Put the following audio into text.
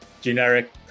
generic